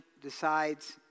decides